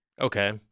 Okay